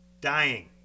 dying